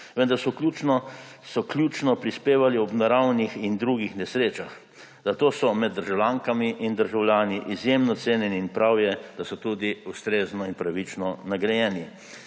Vedno so ključno prispevali ob naravnih in drugih nesrečah, zato so med državljankami in državljani izjemno cenjeni in prav je, da so tudi ustrezno in pravično nagrajeni.